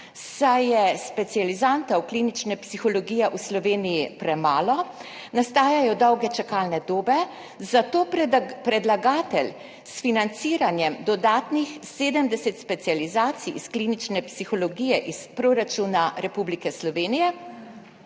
saj je specializantov klinične psihologije v Sloveniji premalo, nastajajo dolge čakalne dobe. Zato predlagatelj s financiranjem dodatnih 70 specializacij iz klinične psihologije iz proračuna Republike Slovenije